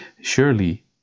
Surely